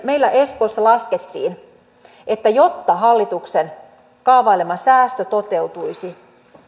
meillä espoossa laskettiin että jotta hallituksen kaavailema säästö toteutuisi